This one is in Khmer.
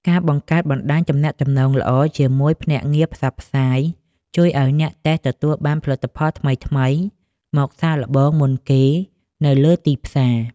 ការបង្កើតបណ្តាញទំនាក់ទំនងល្អជាមួយភ្នាក់ងារផ្សព្វផ្សាយ ជួយឱ្យអ្នកតេស្តទទួលបានផលិតផលថ្មីៗមកសាកល្បងមុនគេនៅលើទីផ្សារ។